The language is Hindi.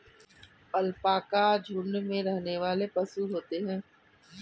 अलपाका झुण्ड में रहने वाले पशु होते है